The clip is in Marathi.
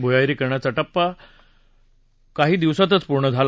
भुयारीकरणाचा टप्पा काही दिवसात पूर्ण झाला